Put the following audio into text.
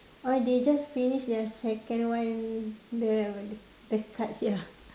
oh they just finish their second one the the cards ya